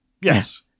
Yes